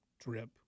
drip